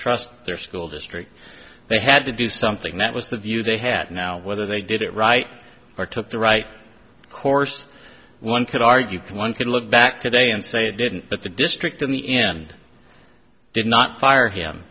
trust their school district they had to do something that was the view they had now whether they did it right or took the right course one could argue one can look back today and say it didn't but the district in the end did not fire him